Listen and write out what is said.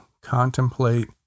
contemplate